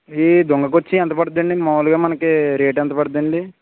ఈ దుంగ కుర్చీ ఎంత పడుతుందండి మాములుగా మనకీ రేట్ ఎంత పడుటుందండి